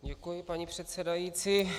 Děkuji, paní předsedající.